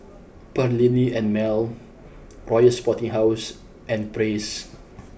Perllini and Mel Royal Sporting House and Praise